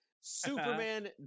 Superman